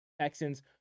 Texans